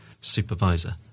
supervisor